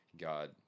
God